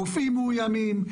רופאים מאויימים,